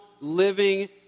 living